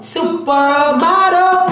Supermodel